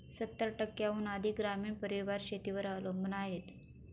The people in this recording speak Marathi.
सत्तर टक्क्यांहून अधिक ग्रामीण परिवार शेतीवर अवलंबून आहेत